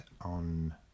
on